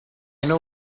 know